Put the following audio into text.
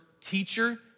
teacher